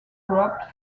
dropped